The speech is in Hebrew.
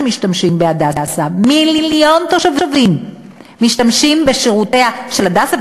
שמשתמשים ב"הדסה"; מיליון תושבים משתמשים בשירותיה של "הדסה",